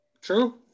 True